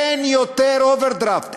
אין יותר אוברדרפט.